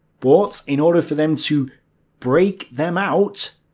but in order for them to break them out,